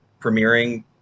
premiering